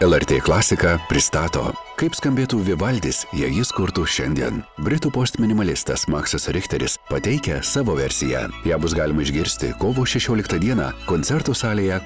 lrt klasika pristato kaip skambėtų vivaldis jei jis kurtų šiandien britų postminimalistas maksas richteris pateikia savo versiją ją bus galima išgirsti kovo šešioliktą dieną koncertų salėje